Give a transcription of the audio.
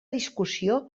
discussió